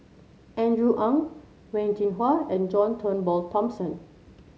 Andrew Ang Wen Jinhua and John Turnbull Thomson